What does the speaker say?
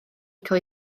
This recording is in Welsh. cael